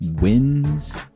wins